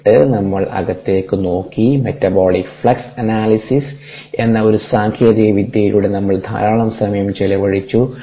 എന്നിട്ട് നമ്മൾ അകത്തേക്ക് നോക്കി മെറ്റബോളിക് ഫ്ലെക്സ് അനാലിസിസ് എന്ന ഒരു സാങ്കേതിക വിദ്യയിലൂടെ നമ്മൾ ധാരാളം സമയം ചെലവഴിച്ചു